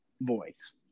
voice